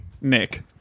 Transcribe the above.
Nick